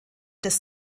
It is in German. des